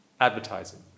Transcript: advertising